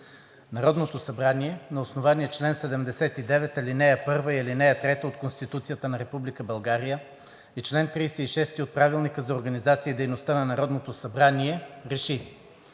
Народното събрание на основание чл. 79, ал. 1 и ал. 3 от Конституцията на Република България и чл. 36 от Правилника за организацията и дейността на Народното събрание РЕШИ: